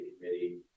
committee